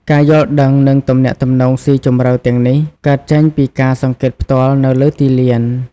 ការយល់ដឹង និងទំនាក់ទំនងស៊ីជម្រៅទាំងនេះ កើតចេញពីការសង្កេតផ្ទាល់នៅលើទីលាន។